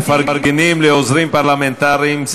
מפרגנים לעוזרים פרלמנטריים.